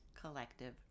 collective